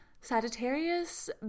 Sagittarius